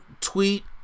tweet